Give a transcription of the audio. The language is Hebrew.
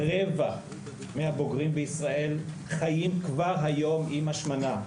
רבע מהבוגרים בישראל חיים כבר היום עם השמנה.